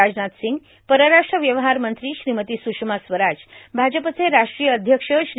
राजानथ सिंग परराष्ट्र व्यवहार मंत्री श्रीमती सुषमा स्वराज भाजपचे राष्ट्रीय अध्यक्ष श्री